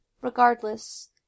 Regardless